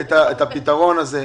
את הפתרון הזה.